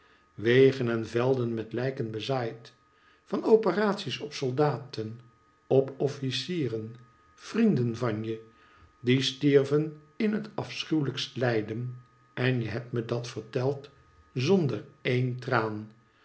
wegen en velden met lijken bezaaid van operaties op soldaten op officieren vrienden van je die stierven in het afschuwelijkst lijden en je hebt me dat verteld zonder een traan